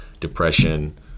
depression